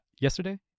yesterday